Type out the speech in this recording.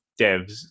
devs